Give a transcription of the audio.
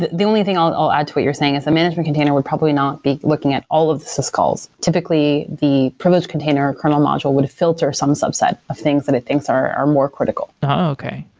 the the only thing i'll add to what you're saying is a management container would probably not be looking at all of the sis calls. typically, the privileged container kernel module would filter some subset of things that it thinks are more critical okay.